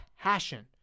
passion